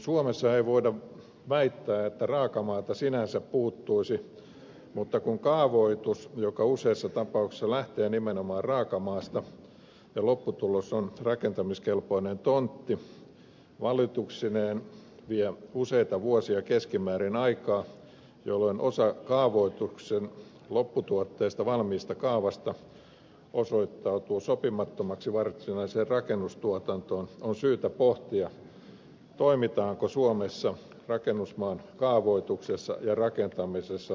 suomessa ei voida väittää että raakamaata sinänsä puuttuisi mutta kun kaavoitus joka useassa tapauksessa lähtee nimenomaan raakamaasta ja jonka lopputulos on rakentamiskelpoinen tontti vie aikaa valituksineen keskimäärin useita vuosia jolloin osa kaavoituksen lopputuotteesta valmiista kaavasta osoittautuu sopimattomaksi varsinaiseen rakennustuotantoon niin on syytä pohtia toimitaanko suomessa rakennusmaan kaavoituksessa ja rakentamisessa taitavasti ja tehokkaasti